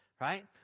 right